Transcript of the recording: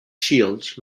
shields